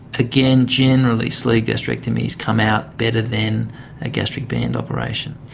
again, generally sleeve gastrectomies come out better than a gastric band operation.